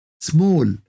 Small